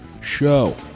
show